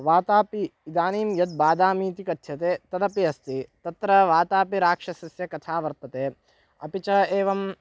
वातापि इदानीं यद्बादामि इति कथ्यते तदपि अस्ति तत्र वातापि राक्षसस्य कथा वर्तते अपि च एवं